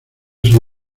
sido